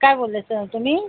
काय बोलला स तुम्ही